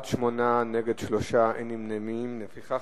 לפיכך,